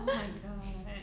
oh my god